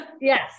Yes